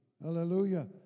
Hallelujah